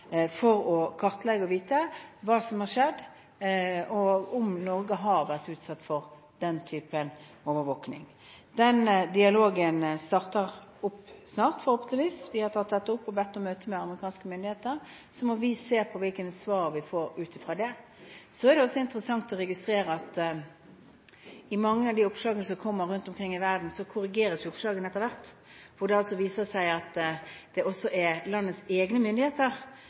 for å få kartlagt hva som har skjedd, og om Norge har vært utsatt for denne typen overvåking. Denne dialogen starter forhåpentligvis snart. Vi har altså tatt dette opp og har bedt om et møte med amerikanske myndigheter. Så må vi se på hvilke svar vi får. Det er interessant å registrere at mange av oppslagene rundt omkring i verden etter hvert korrigeres. Det viser seg at det er landets egne myndigheter som i antiterrorarbeidet har samlet inn en del av disse metadataene. Jeg har lyst til å si at